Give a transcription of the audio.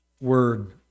word